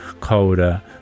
colder